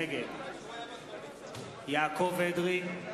נגד יעקב אדרי,